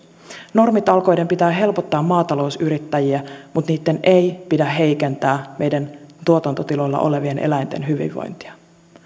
normitalkoiden pitää helpottaa maatalousyrittäjiä mutta niitten ei pidä heikentää tuotantotiloilla olevien eläinten hyvinvointia